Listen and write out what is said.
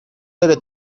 debe